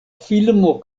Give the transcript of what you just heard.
filmo